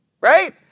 right